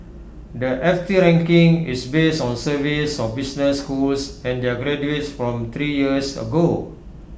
the F T ranking is based on surveys of business schools and their graduates from three years ago